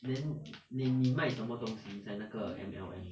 then 你你卖什么东西在那个 M_L_M